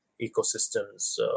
ecosystems